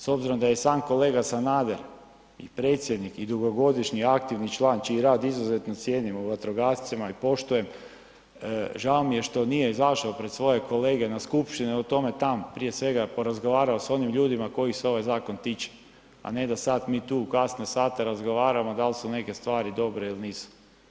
S obzirom da je i sam kolega Sanader i predsjednik i dugogodišnji aktivni član čiji rad izuzetno cijenim u vatrogascima i poštujem, žao mi je što nije izašao pred svoje kolege na skupštini, o tome tamo prije svega porazgovarao sa onim ljudima kojih se ovaj zakon tiče a ne da sad mi tu u kasne sate razgovaramo da li su neke stvari dobre ili nisu.